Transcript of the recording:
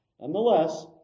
Nonetheless